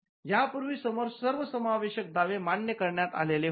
या पूर्वी सर्वसमावेशक दावे मान्य करण्यात आलेले आहेत